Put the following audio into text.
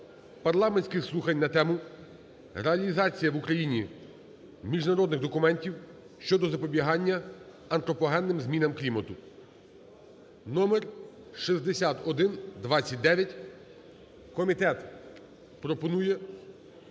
парламентських слухань на тему: "Реалізація в Україні міжнародних документів щодо запобігання антропогенним змінам клімату" (№ 6129). Комітет пропонує